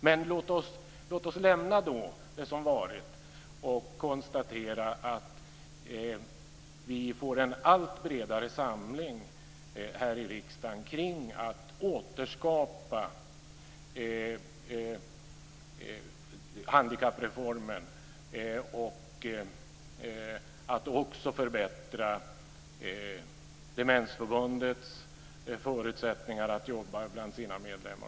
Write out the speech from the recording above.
Men låt oss lämna det som varit och konstatera att vi får en allt bredare samling här i riksdagen kring att återskapa handikappreformen och att också förbättra Demensförbundets förutsättningar att jobba bland sina medlemmar.